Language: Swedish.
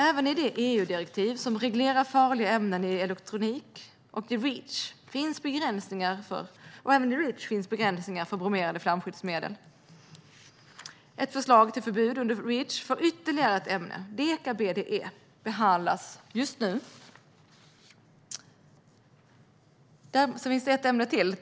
Även i det EU-direktiv som reglerar farliga ämnen i elektronik och i Reach finns begränsningar för bromerade flamskyddsmedel. Ett förslag till förbud under Reach för ytterligare ett ämne - deka-BDE - behandlas just nu. Det finns ett ämne till.